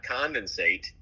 condensate